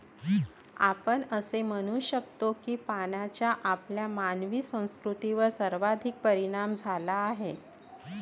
आपण असे म्हणू शकतो की पाण्याचा आपल्या मानवी संस्कृतीवर सर्वाधिक परिणाम झाला आहे